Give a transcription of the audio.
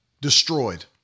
destroyed